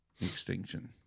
extinction